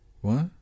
What